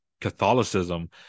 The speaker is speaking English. Catholicism